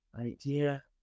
idea